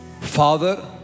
Father